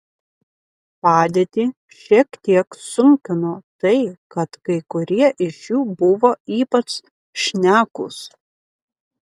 padėtį šiek tiek sunkino tai kad kai kurie iš jų buvo ypač šnekūs